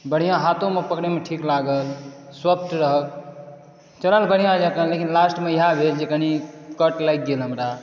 बढ़िऑं हाथो मे पकड़े मे ठीक लागल सोफ्ट रहे चलल बढ़िऑं जकाँ लेकिन लास्ट मे यऽ भेल कि कनि कट लागि गेल हमरा